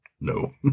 No